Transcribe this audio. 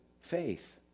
faith